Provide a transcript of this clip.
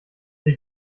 sie